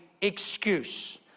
excuse